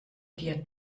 dir